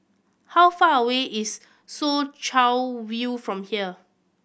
how far away is Soo Chow View from here